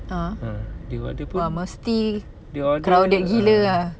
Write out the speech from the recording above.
ah !wah! mesti crowded gila ah